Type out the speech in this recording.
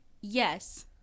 yes